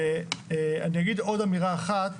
אגב,